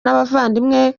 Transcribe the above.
n’abavandimwe